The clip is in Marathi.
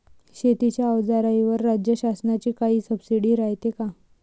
शेतीच्या अवजाराईवर राज्य शासनाची काई सबसीडी रायते का?